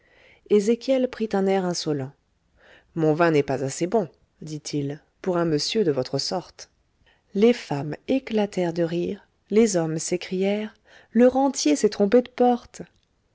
ezéchiel prit un air insolent mon vin n'est pas assez bon dit-il pour un monsieur de votre sorte les femmes éclatèrent de rire les hommes s'écrièrent le rentier s'est trompé de porte